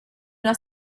una